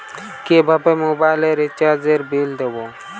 কিভাবে মোবাইল রিচার্যএর বিল দেবো?